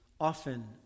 often